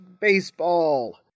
baseball